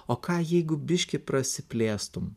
o ką jeigu biškį prasiplėstum